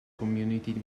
community